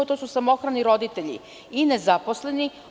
To su samohrani roditelji i nezaposleni.